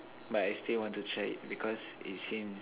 but I still want to try it because it seems